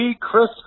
Chris